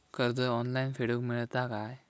कर्ज ऑनलाइन फेडूक मेलता काय?